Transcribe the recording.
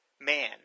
man